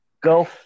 go